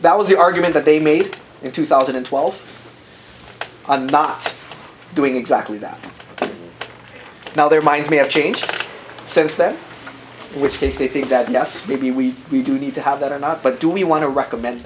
that was the argument that they made in two thousand and twelve and not doing exactly that now their minds may have changed since then which is the thing that yes maybe we we do need to have that or not but do we want to recommend